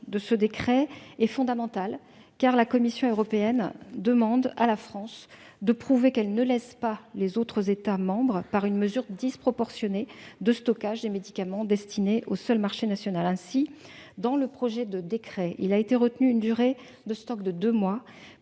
de ce décret est fondamental, car la Commission européenne demande à la France de prouver qu'elle ne lèse pas les autres États membres par une mesure disproportionnée de stockage de médicaments destinés au seul marché national. C'est pourquoi il a été retenu une durée de stocks de deux mois